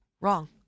wrong